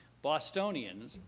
bostonians,